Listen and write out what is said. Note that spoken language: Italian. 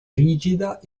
rigida